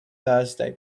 thursday